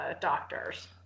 doctors